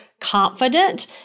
confident